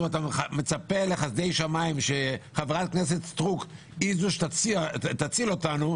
ומצפה לחסדי שמיים שחברת הכנסת סטרוק היא זו שתציל אותנו,